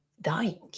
dying